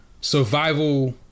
survival